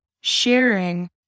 sharing